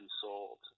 sold